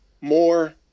more